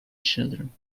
children